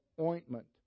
ointment